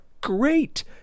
great